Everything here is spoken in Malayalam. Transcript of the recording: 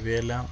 ഇവയെല്ലാം